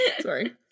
sorry